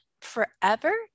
forever